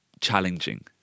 challenging